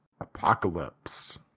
Apocalypse